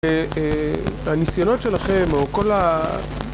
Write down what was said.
אה אה הניסיונות שלכם, או כל ה...